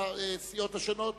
ההסתייגות של הקבוצות השונות,